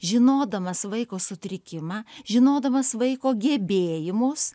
žinodamas vaiko sutrikimą žinodamas vaiko gebėjimus